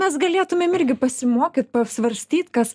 mes galėtumėm irgi pasimokyt pasvarstyt kas